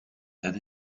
and